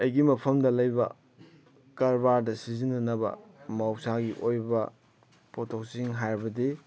ꯑꯩꯒꯤ ꯃꯐꯝꯗ ꯂꯩꯕ ꯀꯔꯕꯥꯔꯗ ꯁꯤꯖꯤꯟꯅꯅꯕ ꯃꯍꯧꯁꯥꯒꯤ ꯑꯣꯏꯕ ꯄꯣꯠꯊꯣꯛꯁꯤꯡ ꯍꯥꯏꯕꯗꯤ